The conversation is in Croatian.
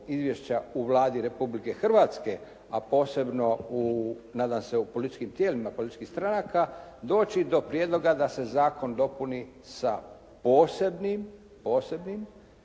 u Vladi Republike Hrvatske, a posebno u nadam se u političkim tijelima političkih stranaka doći do prijedloga da se zakon dopuni sa posebnim nezavisnim